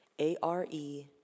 A-R-E